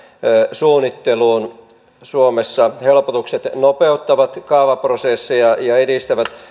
suunnitteluun suomessa helpotukset nopeuttavat kaavaprosesseja ja edistävät